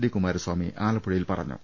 D Kumaraswamy ആലപ്പുഴയിൽ പറഞ്ഞു